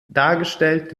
dargestellt